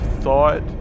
thought